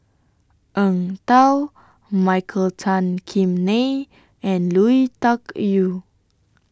Eng Tow Michael Tan Kim Nei and Lui Tuck Yew